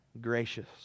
gracious